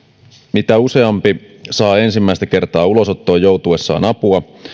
mitä useampi saa ensimmäistä kertaa ulosottoon joutuessaan apua